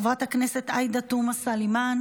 חברת הכנסת עאידה תומא סלימאן,